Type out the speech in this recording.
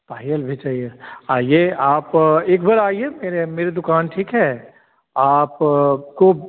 पायल भी चाहिए आइए आप एक बार आइए मेरे मेरे दुकान ठीक है आप को